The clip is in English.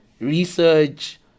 research